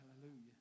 Hallelujah